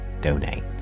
donate